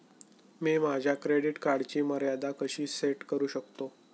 मी माझ्या क्रेडिट कार्डची मर्यादा कशी सेट करू शकतो?